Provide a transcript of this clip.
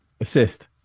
Assist